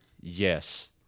Yes